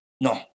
no